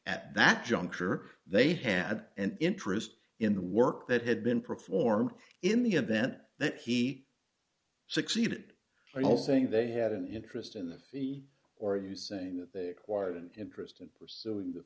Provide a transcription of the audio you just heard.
at that juncture they had an interest in the work that had been performed in the event that he succeeded i don't think they had an interest in the fee or are you saying that they wired an interest in pursuing the